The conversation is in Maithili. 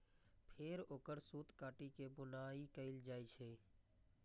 फेर ओकर सूत काटि के बुनाइ कैल जाइ छै